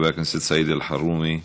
חבר הכנסת סעיד אלחרומי.